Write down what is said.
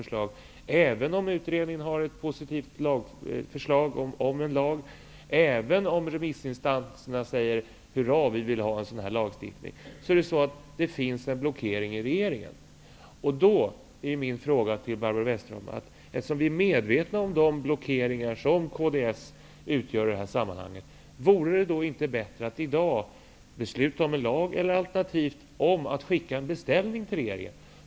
Trots att utredningen har ett positivt förslag om en lag och trots att remissinstanserna säger ''Hurra! Vi vill ha en sådan här lagstiftning'' finns det en blockering i regeringen. Eftersom vi är medvetna om de blockeringar som kds utgör i detta sammanhang gäller min fråga till Barbro Westerholm om det inte vore bättre att i dag besluta om en lag eller alternativt att skicka en beställning till regeringen.